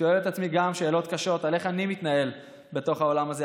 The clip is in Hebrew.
שואל גם את עצמי שאלות קשות: איך אני מתנהל בתוך העולם הזה?